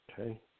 Okay